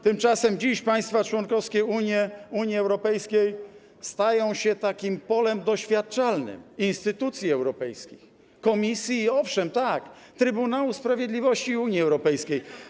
Tymczasem dziś państwa członkowskie Unii Europejskiej stają się polem doświadczalnym instytucji europejskich, Komisji, owszem, tak, Trybunału Sprawiedliwości Unii Europejskiej.